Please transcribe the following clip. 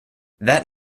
that